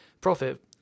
profit